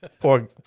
Poor